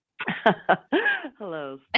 Hello